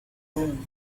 room